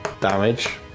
damage